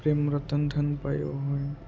প্ৰেম ৰতন ধন পায়ো হয়